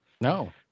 No